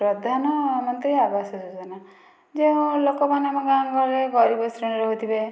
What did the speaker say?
ପ୍ରଧାନମନ୍ତ୍ରୀ ଆବାସ ଯୋଜନା ଯେଉଁ ଲୋକମାନେ ଆମ ଗାଁ ଗହଳିରେ ଗରିବ ଶ୍ରେଣୀରେ ରହୁଥିବେ